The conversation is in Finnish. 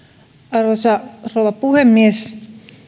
arvoisa rouva puhemies